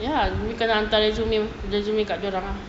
ya kena hantar resume kat dia orang ah